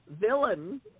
villain